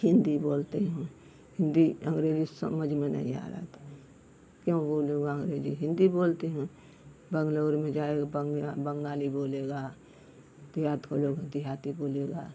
हिन्दी बोलती हूँ हिन्दी हिन्दी अंगरेजी समझ में नहीं आ रहा था क्यों बोलूँगा अँग्रेजी हिन्दी बोलती हूँ बेंगलुरु में जाएगा बंग बंगाली बोलेगा देहात में ह त दिहाती बोलेगा